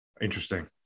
Interesting